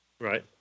Right